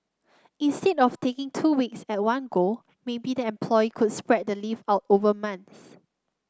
instead of taking two weeks at one go maybe the employee could spread the leave out over months